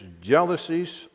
jealousies